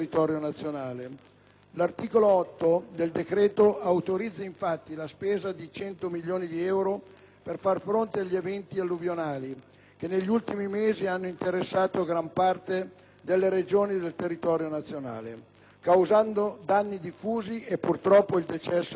L'articolo 8 del decreto autorizza, infatti, la spesa di 100 milioni di euro per far fronte agli eventi alluvionali che negli ultimi mesi hanno interessato gran parte delle Regioni e del territorio nazionale, causando danni diffusi e, purtroppo, il decesso di otto persone.